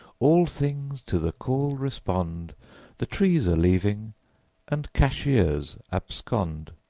all things to the call respond the trees are leaving and cashiers abscond.